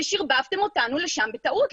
ושרבבתם אותנו לשם בטעות.